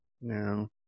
No